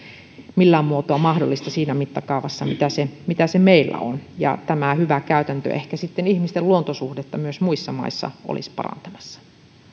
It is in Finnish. millään muotoa mahdollista siinä mittakaavassa mitä se mitä se meillä on ja tämä hyvä käytäntö ehkä ihmisten luontosuhdetta myös muissa maissa olisi parantamassa